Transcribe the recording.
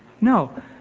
No